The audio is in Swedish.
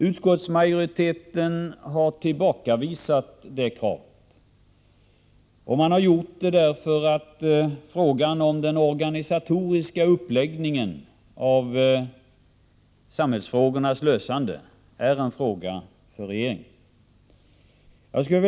Utskottsmajoriteten har tillbakavisat det kravet, och man har gjort det därför att spörsmålet om den organisatoriska uppläggningen av samhällsfrågornas lösande är en sak för regeringen.